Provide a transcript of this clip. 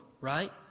right